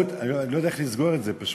איך לסגור את זה פשוט.